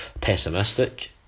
pessimistic